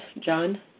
John